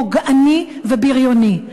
פוגעני ובריוני.